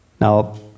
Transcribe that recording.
Now